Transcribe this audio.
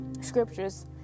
scriptures